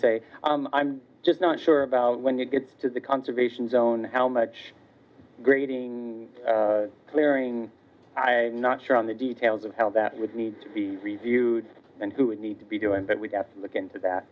say i'm just not sure about when it gets to the conservation zone how much grading clearing not sure on the details of how that would need to be reviewed and who would need to be doing that we have to look into that